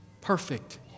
Perfect